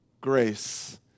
Grace